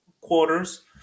quarters